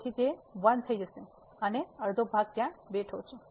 તેથી તે 1 થઈ જશે અને અડધો ભાગ ત્યાં બેઠો છે